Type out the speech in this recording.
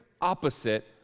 opposite